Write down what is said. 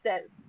says